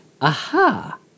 aha